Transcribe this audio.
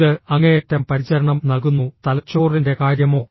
ഇത് അങ്ങേയറ്റം പരിചരണം നൽകുന്നു തലച്ചോറിന്റെ കാര്യമോ